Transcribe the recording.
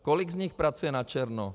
Kolik z nich pracuje načerno?